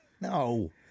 no